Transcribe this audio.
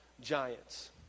giants